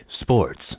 sports